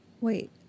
wait